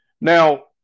Now